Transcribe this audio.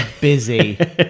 busy